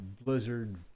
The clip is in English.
blizzard